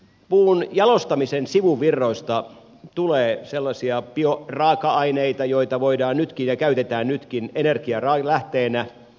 puun jalostamisen sivuvirroista tulee sellaisia bioraaka aineita joita voidaan nytkin käyttää ja käytetään nytkin energialähteenä